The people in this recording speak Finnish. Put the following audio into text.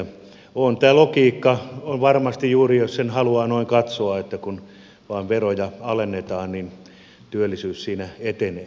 tämä logiikka on varmasti juuri noin jos sen haluaa noin katsoa että kun vain veroja alennetaan niin työllisyys siinä etenee